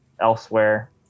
elsewhere